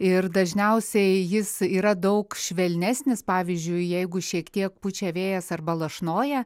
ir dažniausiai jis yra daug švelnesnis pavyzdžiui jeigu šiek tiek pučia vėjas arba lašnoja